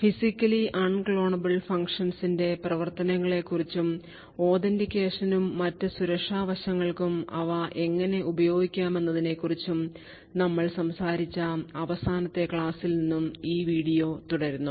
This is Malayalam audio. Physically unclonable functions ന്റെ പ്രവർത്തനങ്ങളെക്കുറിച്ചും authentication നും മറ്റ് സുരക്ഷാ വശങ്ങൾക്കും അവ എങ്ങനെ ഉപയോഗിക്കാമെന്നതിനെക്കുറിച്ചും ഞങ്ങൾ സംസാരിച്ച അവസാനത്തെ ക്ലാസ്സിൽ നിന്നും ഈ വീഡിയോ തുടരുന്നു